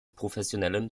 professionellen